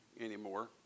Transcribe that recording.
anymore